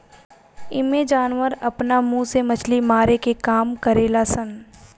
एइमें जानवर आपना मुंह से मछली मारे के काम करेल सन